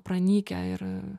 pranykę ir